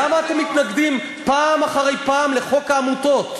למה אתם מתנגדים פעם אחרי פעם לחוק העמותות?